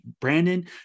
Brandon